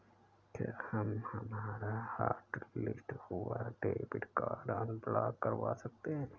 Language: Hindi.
क्या हम हमारा हॉटलिस्ट हुआ डेबिट कार्ड अनब्लॉक करवा सकते हैं?